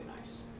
nice